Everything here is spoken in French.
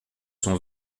sont